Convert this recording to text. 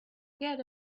get